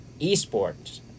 esports